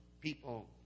people